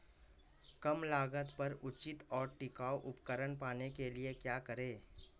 कम लागत पर उचित और टिकाऊ उपकरण पाने के लिए क्या करें?